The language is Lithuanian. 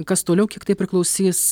kas toliau kiek tai priklausys